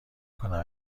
کنم